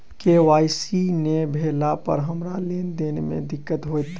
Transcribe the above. KYC नै भेला पर हमरा लेन देन मे दिक्कत होइत?